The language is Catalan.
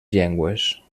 llengües